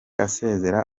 asezera